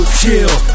chill